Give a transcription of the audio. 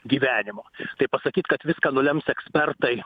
gyvenimo tai pasakyt kad viską nulems ekspertai